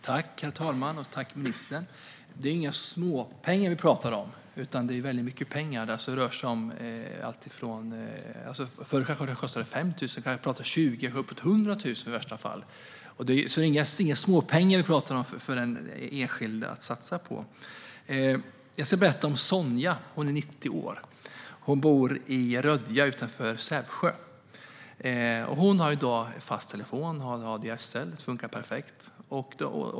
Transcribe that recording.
Herr talman! Det är inga småpengar vi talar om, utan det handlar om väldigt mycket pengar. Förr kanske det kostade 5 000, men nu vi talar om kanske 20 000 eller i värsta fall uppåt 100 000. Vi talar alltså inte om några småpengar för den enskilde att satsa. Jag ska berätta om Sonja. Hon är 90 år och bor i Rödja utanför Sävsjö. Hon har i dag fast telefon via ADSL, vilket funkar perfekt.